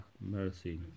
mercy